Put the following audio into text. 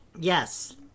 Yes